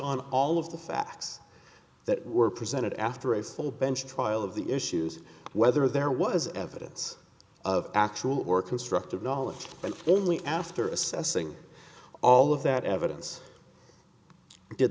on all of the facts that were presented after a full bench trial of the issues whether there was evidence of actual or constructive knowledge and only after assessing all of that evidence did